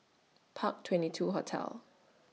Park twenty two Hotel